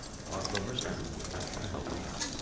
and art lovers everywhere are helping out.